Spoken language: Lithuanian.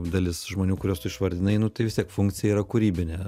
dalis žmonių kuriuos tu išvardinai nu tai vistiek funkcija yra kūrybinė